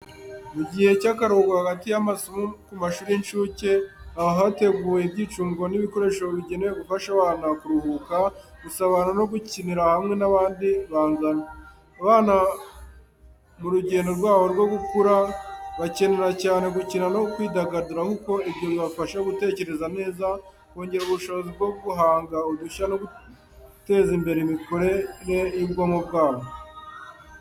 Mu gihe cy’akaruhuko hagati y’amasomo ku mashuri y’incuke, haba hateguwe ibyicungo n’ibikoresho bigenewe gufasha abana kuruhuka, gusabana no gukinira hamwe n’abandi bangana. Abana mu rugendo rwabo rwo gukura, bakenera cyane gukina no kwidagadura kuko ibyo bibafasha gutekereza neza, kongera ubushobozi bwo guhanga udushya no guteza imbere imikorere y’ubwonko.